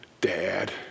Dad